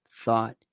thought